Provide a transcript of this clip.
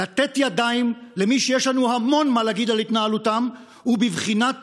לתת ידיים למי שיש לנו המון מה להגיד על התנהלותם היא בבחינת